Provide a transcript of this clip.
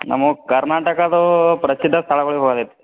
ನಮಗ್ ಕರ್ನಾಟಕದ್ದು ಪ್ರಸಿದ್ಧ ಸ್ಥಳಗುಳಿಗೆ ಹೋಗದಿತ್ತು